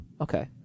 okay